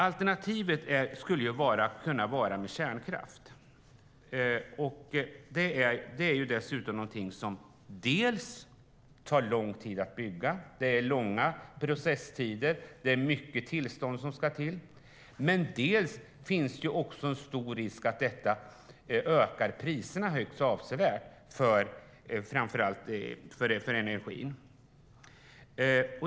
Alternativet skulle vara kärnkraft, som dock tar lång tid att bygga. Processtiderna är långa och det behövs många tillstånd. Dessutom är risken stor att det ökar priserna högst avsevärt vad gäller framför allt energin.